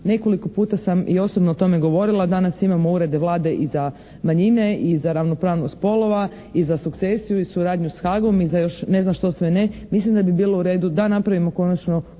Nekoliko puta sam i osobno o tome govorila, danas imamo urede Vlade i za manjine i za ravnopravnost spolova i za sukcesiju i za suradnju s Haagom i za još ne znam što sve ne, mislim da bi bilo u redu da napravimo konačno ured